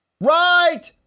right